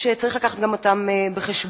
שצריך להביא גם אותן בחשבון.